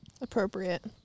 Appropriate